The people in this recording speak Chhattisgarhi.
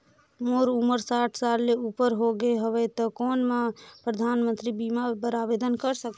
मोर उमर साठ साल ले उपर हो गे हवय त कौन मैं परधानमंतरी बीमा बर आवेदन कर सकथव?